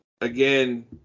again